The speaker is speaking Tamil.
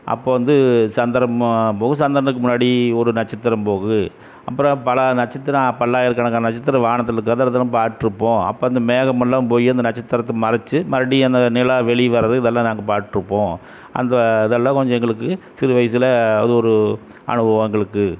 அப்போது வந்து சந்திரன் முழு சந்திரனுக்கு முன்னாடி ஒரு நட்சத்திரம் போகுது அப்புறம் பல நட்சத்திரம் பல்லாயிரக்கணக்கான நட்சத்திரம் வானத்தில் இருக்கிறத அதெல்லாம் பார்த்துட்ருப்போம் அப்போ அந்த மேகமெல்லாம் போய் அந்த நட்சத்திரத்தை மறைச்சு மறுபடியும் அந்த நிலா வெளியே வரது இதெல்லாம் நாங்கள் பார்த்துட்ருப்போம் அந்த இதெல்லாம் கொஞ்சம் எங்களுக்கு சிறு வயசில் அது ஒரு அனுபவம் எங்களுக்கு